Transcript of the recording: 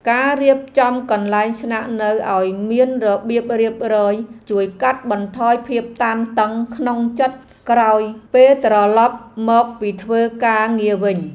ការរៀបចំកន្លែងស្នាក់នៅឱ្យមានរបៀបរៀបរយជួយកាត់បន្ថយភាពតានតឹងក្នុងចិត្តក្រោយពេលត្រឡប់មកពីធ្វើការងារវិញ។